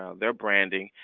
ah their branding.